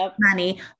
money